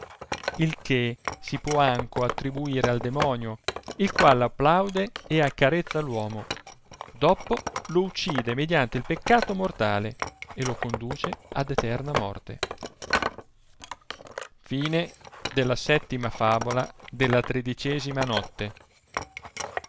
il che si può anco attribuire al demonio il qual applaude e accarezza l uomo doppo l uccide mediante il peccato mortale e lo conduce ad eterna morte ispediia la nobile